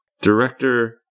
Director